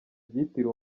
byitiriwe